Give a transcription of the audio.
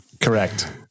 Correct